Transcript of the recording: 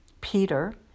Peter